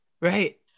Right